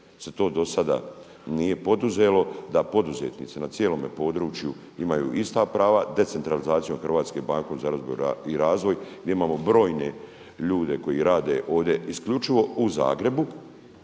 se to do sada nije poduzelo da poduzetnici na cijelom području imaju ista prava, decentralizacijom HBOR-a za obnovu i razvoj gdje imamo brojne ljude koji rade ovdje isključivo u Zagrebu,